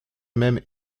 même